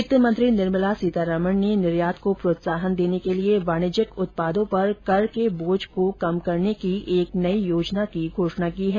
वित्तमंत्री निर्मला सीतारामन ने निर्यात को प्रोत्साहन देने के लिए वाणिज्यिक उत्पादों पर कर के बोझ को कम करने की एक नई योजना की घोषणा की है